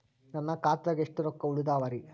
ನನ್ನ ಖಾತಾದಾಗ ಎಷ್ಟ ರೊಕ್ಕ ಉಳದಾವರಿ?